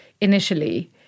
initially